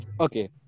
Okay